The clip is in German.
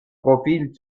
profil